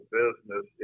business